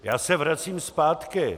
Já se vracím zpátky.